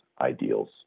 ideals